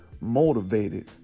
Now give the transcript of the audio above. motivated